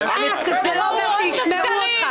--- אם אתה תצעק זה לא אומר שיישמעו אותך.